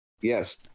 Yes